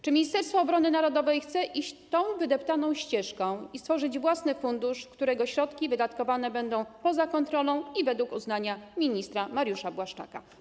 Czy Ministerstwo Obrony Narodowej chce iść tą wydeptaną ścieżką i stworzyć własny fundusz, którego środki wydatkowane będą poza kontrolą i według uznania ministra Mariusza Błaszczaka?